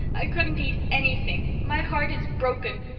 i couldn't eat anything. my heart is broken.